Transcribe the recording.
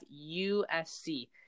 USC